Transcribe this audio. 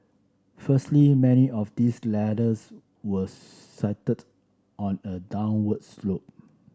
firstly many of these ladders were on a downward slope